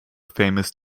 famous